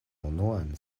unuan